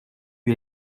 eut